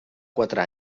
quatre